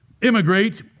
immigrate